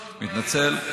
אני מתנצל.